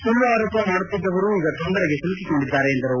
ಸುಳ್ಳು ಆರೋಪ ಮಾಡುತ್ತಿದ್ದವರು ಈಗ ತೊಂದರೆಗೆ ಸಿಲುಕಿಕೊಂಡಿದ್ದಾರೆ ಎಂದರು